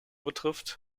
betrifft